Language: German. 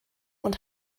und